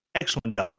Excellent